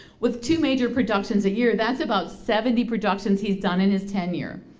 with two major productions a year, that's about seventy productions he's done in his tenure.